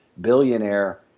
billionaire